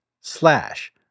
slash